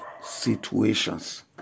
situations